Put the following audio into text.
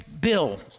bill